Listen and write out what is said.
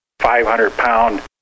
500-pound